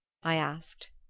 i asked.